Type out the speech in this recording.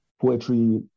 poetry